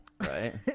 right